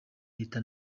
leta